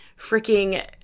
freaking